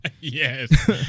Yes